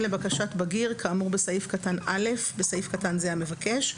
לבקשת בגיר כאמור בסעיף קטן (א) (בסעיף קטן זה המבקש),